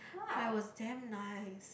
I was damn nice